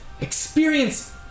experience